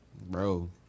bro